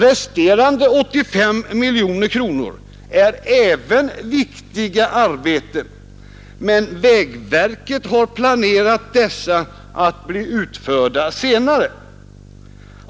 Resterande 85 miljoner kronor är även viktiga arbeten, men vägverket har planerat dessa att bli utförda senare.